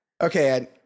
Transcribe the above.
Okay